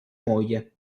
moglie